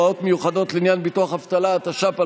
(הוראות מיוחדות לעניין ביטוח אבטלה), התש"ף 2020,